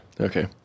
Okay